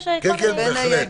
ויש כל מיני --- בין היתר.